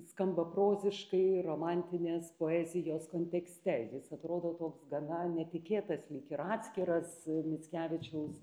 skamba proziškai romantinės poezijos kontekste jis atrodo toks gana netikėtas lyg ir atskiras mickevičiaus